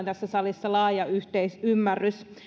tässä salissa laaja yhteisymmärrys